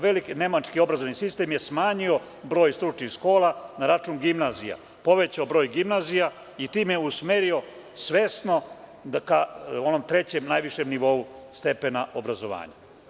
Veliki nemački obrazovni sistem je smanjio broj stručnih škola na račun gimnazija, povećao broj gimnazija i time usmerio svesno ka onom trećem najvišem nivou stepena obrazovanja.